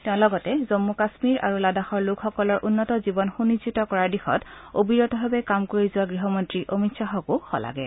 তেওঁ লগতে জন্মু কাশ্মীৰ আৰু লাডাখৰ লোকসকলৰ উন্নত জীৱন সুনিশ্চিত কৰাৰ দিশত অবিৰতভাৱে কাম কৰি যোৱা গৃহমন্ত্ৰী অমিত শ্বাহকো শলাগে